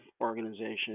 organization